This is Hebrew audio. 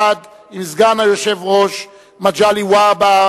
יחד עם סגן היושב-ראש מגלי והבה,